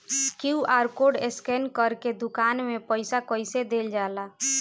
QR code scan करके दुकान में पईसा कइसे देल जाला?